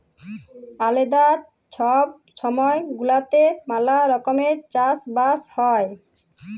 আলেদা ছব ছময় গুলাতে ম্যালা রকমের চাষ বাস হ্যয়